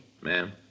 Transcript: Ma'am